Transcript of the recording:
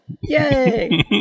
Yay